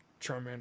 charmander